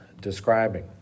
describing